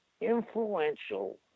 influential